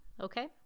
okay